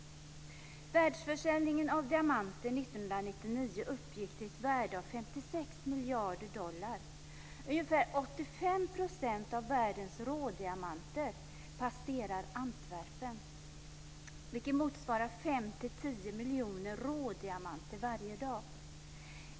Världsförsäljningen av diamanter år 1999 uppgick till ett värde av 56 miljarder dollar. Ungefär 85 % av världens rådiamanter passerar Antwerpen, motsvarande 5-10 miljoner rådiamanter varje dag.